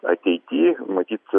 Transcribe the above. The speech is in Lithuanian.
ateity matyt